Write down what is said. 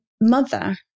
mother